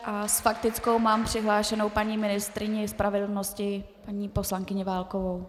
S faktickou mám přihlášenou paní ministryni spravedlnosti, paní poslankyni Válkovou.